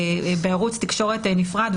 בערוץ תקשורת נפרד,